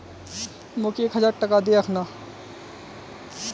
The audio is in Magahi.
मोक एक हजार टका दे अखना